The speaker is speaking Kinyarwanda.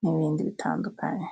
n'ibindi bitandukanye.